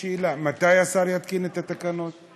שאלה מתי השר יתקין את התקנות?